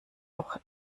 auch